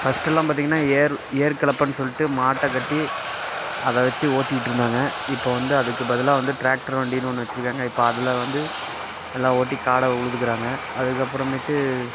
பஸ்ட்டெல்லாம் பாத்திங்கனா ஏர் ஏர்கலப்பைன்னு சொல்லிட்டு மாட்டைக்கட்டி அதை வச்சு ஓட்டிட்டிருந்தாங்க இப்போது வந்து அதுக்கு பதிலாக வந்து டிராக்ட்ரு வண்டின்னு ஒன்று வச்சுருக்காங்க இப்போ அதில் வந்து நல்லா ஓட்டி காடை உழுதுக்கிறாங்க அதுக்கப்புறமேட்டு